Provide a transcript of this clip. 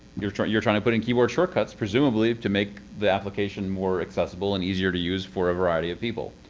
you're trying you're trying to put in keyboard shortcuts, presumably to make the application more accessible and easier to use for a variety of people.